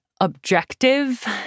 objective